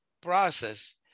process